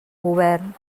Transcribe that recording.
govern